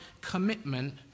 commitment